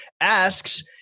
asks